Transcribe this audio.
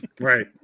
Right